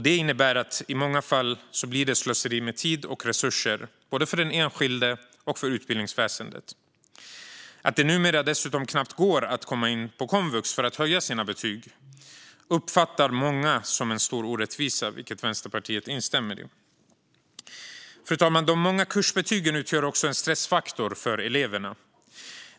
Det innebär i många fall ett slöseri med tid och resurser både för den enskilde och för utbildningsväsendet. Att det numera dessutom knappt går att komma in på komvux för att höja sina betyg uppfattar många som en stor orättvisa, vilket Vänsterpartiet instämmer i. Fru talman! De många kursbetygen utgör också en stressfaktor för eleverna.